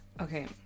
Okay